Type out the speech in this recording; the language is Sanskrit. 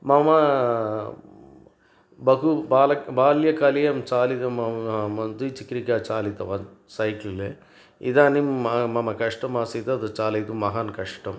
मम बहु बालक बाल्यकालीयं चालितं मम द्विचक्रिका चालितवान् सैकल् इदानीं मम कष्टमासीत् तद् चालयितुं महान् कष्टम्